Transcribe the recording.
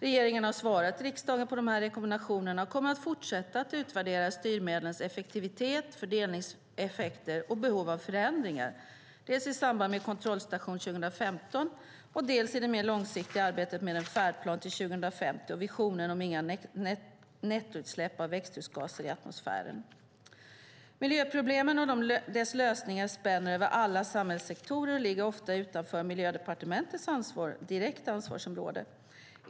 Regeringen har svarat riksdagen på dessa rekommendationer och kommer att fortsätta att utvärdera styrmedlens effektivitet, fördelningseffekter och behov av förändringar, dels i samband med kontrollstation 2015, dels i det mer långsiktiga arbetet med en färdplan till 2050 och visionen om inga nettoutsläpp av växthusgaser i atmosfären. Miljöproblemen och deras lösningar spänner över alla samhällssektorer och ligger ofta utanför Miljödepartementets direkta ansvarsområde.